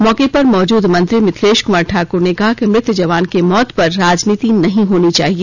मौके पर मौजूद मंत्री मिथिलेश कुमार ठाकर ने कहा कि मृत जवान के मौत पर राजनीति नहीं होनी चाहिए